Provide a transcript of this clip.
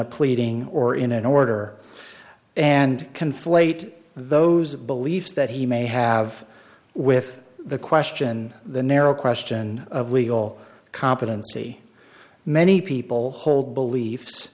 a pleading or in an order and conflate those beliefs that he may have with the question the narrow question of legal competency many people hold beliefs